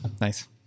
nice